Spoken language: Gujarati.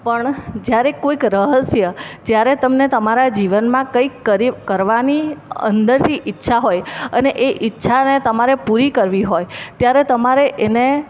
પણ જ્યારે કોઈક રહસ્ય જ્યારે તમને તમારા જીવનમાં કંઈક કરી કરવાની અંદરથી ઈચ્છા હોય અને એ ઇચ્છાને તમારે પૂરી કરવી હોય ત્યારે તમારે એને